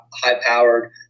high-powered